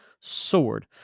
sword